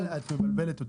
עכשיו את מבלבלת אותי.